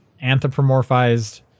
anthropomorphized